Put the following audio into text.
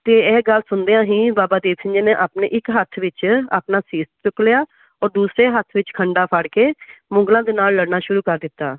ਅਤੇ ਇਹ ਗੱਲ ਸੁਣਦਿਆਂ ਹੀ ਬਾਬਾ ਦੀਪ ਸਿੰਘ ਜੀ ਨੇ ਆਪਣੇ ਇੱਕ ਹੱਥ ਵਿੱਚ ਆਪਣਾ ਸੀਸ ਚੁੱਕ ਲਿਆ ਔਰ ਦੂਸਰੇ ਹੱਥ ਵਿੱਚ ਖੰਡਾ ਫੜ ਕੇ ਮੁਗਲਾਂ ਦੇ ਨਾਲ ਲੜਨਾ ਸ਼ੁਰੂ ਕਰ ਦਿੱਤਾ